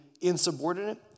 insubordinate